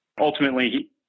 ultimately